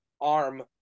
arm